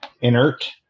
inert